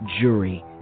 jury